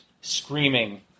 screaming